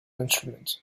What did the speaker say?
instruments